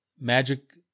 Magic